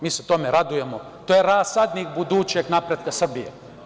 Mi se tome radujemo, to je rasadnik budućeg napretka Srbije.